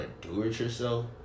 do-it-yourself